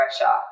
pressure